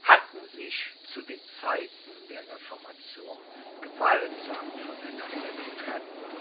hatten sich zu den zeiten der reformation gewaltsam von einander getrennt